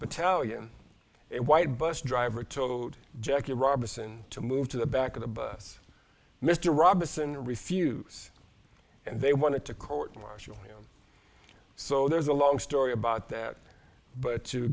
battalion white bus driver told jackie robinson to move to the back of the bus mr robison refuse and they wanted to court martial so there's a long story about that but to